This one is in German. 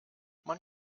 man